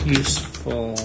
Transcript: useful